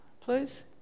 Please